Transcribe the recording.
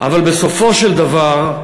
אבל בסופו של דבר,